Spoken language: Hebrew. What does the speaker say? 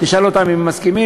תשאל אותם אם הם מסכימים.